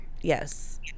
Yes